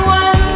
one